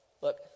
look